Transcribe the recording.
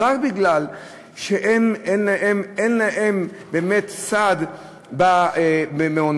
הוא רק שאין להן באמת סעד במעונות.